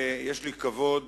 ויש לי הכבוד